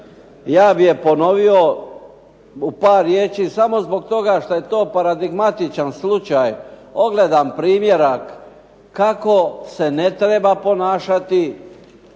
Ja bih je ponovio u par riječi samo zbog toga što je to paradigmatičan slučaj, ogledan primjerak kako se ne treba ponašati